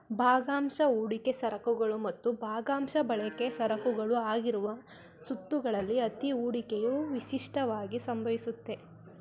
ಭಾಗಶಃ ಹೂಡಿಕೆ ಸರಕುಗಳು ಮತ್ತು ಭಾಗಶಃ ಬಳಕೆ ಸರಕುಗಳ ಆಗಿರುವ ಸುತ್ತುಗಳಲ್ಲಿ ಅತ್ತಿ ಹೂಡಿಕೆಯು ವಿಶಿಷ್ಟವಾಗಿ ಸಂಭವಿಸುತ್ತೆ